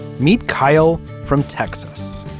meet kyle from texas.